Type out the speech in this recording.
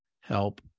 help